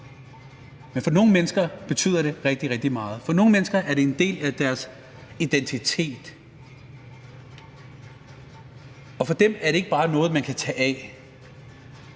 men for andre mennesker betyder det rigtig, rigtig meget. For nogle mennesker er det en del af deres identitet, og for dem er det ikke bare noget, man kan tage af.